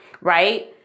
Right